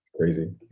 Crazy